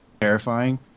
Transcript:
terrifying